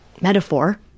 metaphor